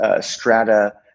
strata